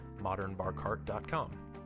modernbarcart.com